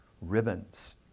ribbons